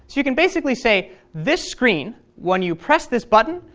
you can basically say this screen, when you press this button,